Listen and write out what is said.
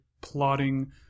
plotting